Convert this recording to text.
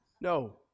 No